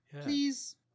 Please